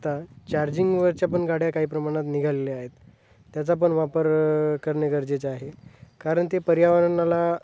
आता चार्जिंगवरच्या पण गाड्या काही प्रमाणात निघालेल्या आहेत त्याचा पण वापर करणे गरजेचे आहे कारण ते पर्यावरणाला